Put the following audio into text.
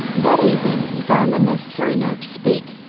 that evening he found the necessary nerve to speak,